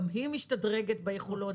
גם היא משתדרגת ביכולות.